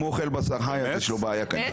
אם הוא אוכל בשר חי אז יש לו בעיה כנראה.